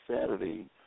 Saturday